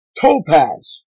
topaz